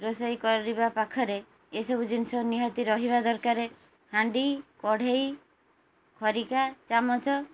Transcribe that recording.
ରୋଷେଇ କରିବା ପାଖରେ ଏସବୁ ଜିନିଷ ନିହାତି ରହିବା ଦରକାରେ ହାଣ୍ଡି କଢ଼େଇ ଖରିକା ଚାମଚ